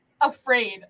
afraid